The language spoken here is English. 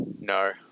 No